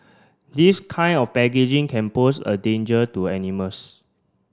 this kind of packaging can pose a danger to animals